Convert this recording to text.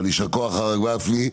אבל ישר כוח, הרב גפני.